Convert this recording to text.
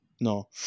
no